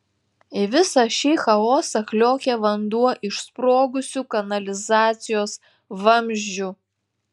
į visą šį chaosą kliokė vanduo iš sprogusių kanalizacijos vamzdžių